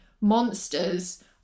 monsters